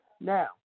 Now